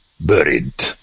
buried